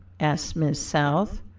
asked miss south.